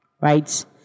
Right